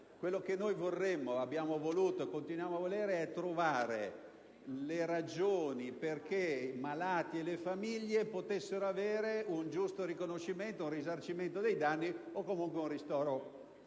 Quello che noi vorremmo, che abbiamo voluto e che continuiamo a volere è trovare le ragioni perché i malati e le famiglie possano avere un giusto riconoscimento, un risarcimento dei danni o comunque un ristoro